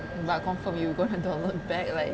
but confirm you gonna download back right